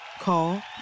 Call